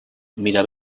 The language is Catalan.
mira